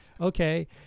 Okay